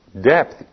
depth